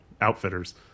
outfitters